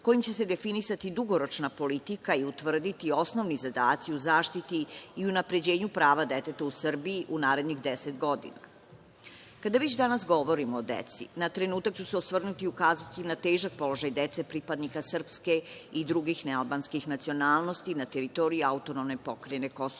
kojim će se definisati dugoročna politika i utvrditi osnovni zadaci u zaštiti i unapređenju prava deteta u Srbiji u narednih 10 godina. Kada već danas govorimo o deci, na trenutak ću se osvrnuti i ukazati na težak položaj dece pripadnika srpske i drugih nealbanskih nacionalnosti na teritoriji AP Kosovo i